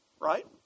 right